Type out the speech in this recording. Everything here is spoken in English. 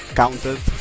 counted